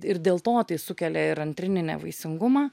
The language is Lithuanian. ir dėl to tai sukelia ir antrinį nevaisingumą